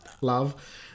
love